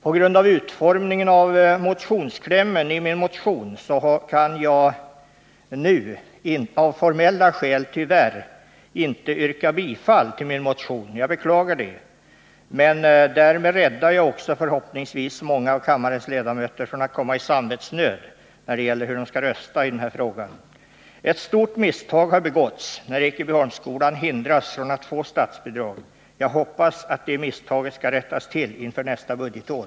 På grund av utformningen av klämmen i min motion kan jag nu av formella skäl tyvärr inte yrka bifall till denna. Jag beklagar det, men därmed räddar jag också förhoppningsvis många av kammarens ledamöter från att komma i samvetsnöd vid voteringen. Ett stort misstag har begåtts när Ekebyholmsskolan hindras från att få statsbidrag. Jag hoppas att det misstaget rättas till nästa budgetår.